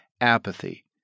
Apathy